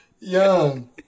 Young